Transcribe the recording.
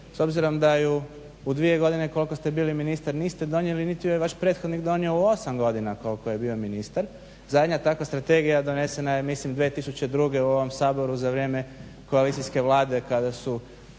s obzirom da ju u 2 godine koliko ste bili ministar niste donijeli niti ju je vaš prethodnik donio u 8 godina koliko je bio ministar. Zadnja takva strategija donesena je mislim 2002. u ovom Saboru za vrijeme koalicijske Vlade kada su